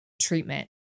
treatment